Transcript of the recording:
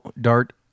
dart